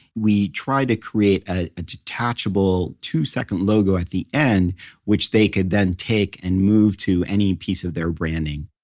we tried to create a detachable two-second logo at the end which they could then take and move to any piece of their branding.